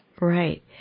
Right